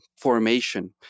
formation